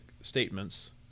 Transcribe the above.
statements